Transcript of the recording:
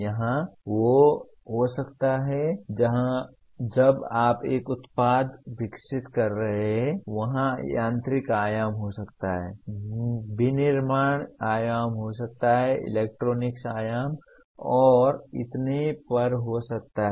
वहाँ हो सकता है जब आप एक उत्पाद विकसित कर रहे हैं वहाँ यांत्रिक आयाम हो सकता है विनिर्माण आयाम हो सकता है इलेक्ट्रॉनिक्स आयाम और इतने पर हो सकता है